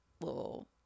little